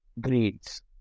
grades